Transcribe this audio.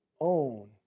own